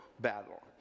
battle